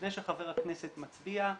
לפני שחבר הכנסת מצביע,